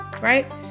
Right